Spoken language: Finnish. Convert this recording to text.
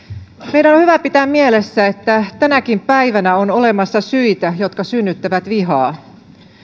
meidän on hyvä pitää mielessä että tänäkin päivänä on olemassa syitä jotka synnyttävät vihaa